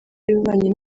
y’ububanyi